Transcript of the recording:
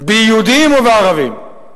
ביהודים ובערבים.